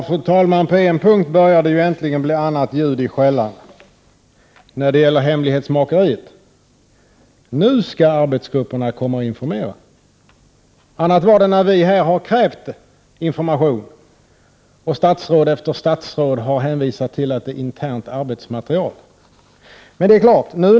Fru talman! Det börjar på en punkt äntligen bli annat ljud i skällan, nämligen när det gäller hemlighetsmakeriet. Nu skall arbetsgrupperna komma till utskotten och informera. Annat var det när vi från miljöpartiet krävde information och statsråd efter statsråd hänvisade till att denna information utgjort internt arbetsmaterial.